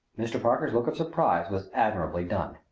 mr. parker's look of surprise was admirably done.